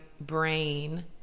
brain